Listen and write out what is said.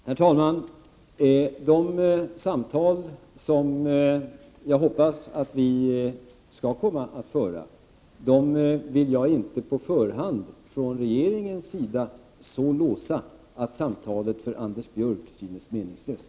Herr talman! De samtal som jag hoppas att vi skall komma att föra vill jag inte på förhand från regeringens sida så låsa att samtalen för Anders Björck synes meningslösa.